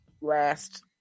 last